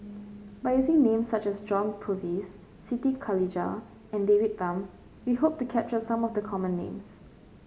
by using names such as John Purvis Siti Khalijah and David Tham we hope to capture some of the common names